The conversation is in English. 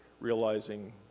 realizing